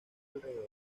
alrededor